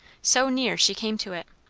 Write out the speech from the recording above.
so near she came to it.